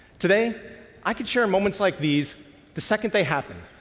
today i can share moments like these the second they happen,